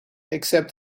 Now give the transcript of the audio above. except